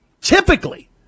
typically